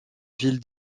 ville